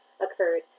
occurred